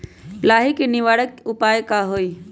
लाही के निवारक उपाय का होई?